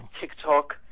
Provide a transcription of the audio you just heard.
TikTok